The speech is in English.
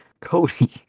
Cody